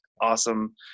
awesome